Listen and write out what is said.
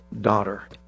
daughter